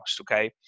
okay